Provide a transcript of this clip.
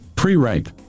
Pre-rape